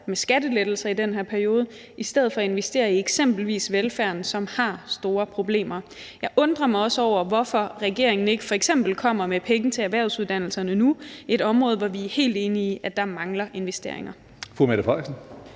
med skattelettelser i den her periode i stedet for at investere i eksempelvis velfærden, som har store problemer. Jeg undrer mig også over, hvorfor regeringen ikke f.eks. kommer med penge til erhvervsuddannelserne nu – et område, hvor vi er helt enige i der mangler investeringer. Kl. 16:01 Tredje